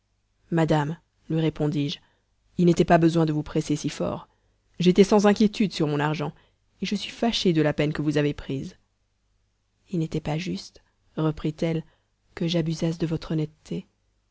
madame lui répondis-je il n'était pas besoin de vous presser si fort j'étais sans inquiétude sur mon argent et je suis fâché de la peine que vous avez prise il n'était pas juste reprit-elle que j'abusasse de votre honnêteté